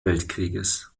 weltkrieges